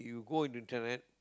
you go to the internet